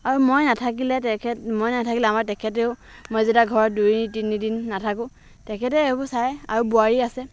আৰু মই নাথাকিলে তেখেত মই নাথাকিলেও আমাৰ তেখেতেও মই যেতিয়া ঘৰত দুই তিনিদিন নাথাকোঁ তেখেতে এইবোৰ চায় আৰু বোৱাৰী আছে